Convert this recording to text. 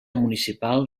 municipal